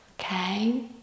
okay